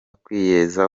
kwiyemeza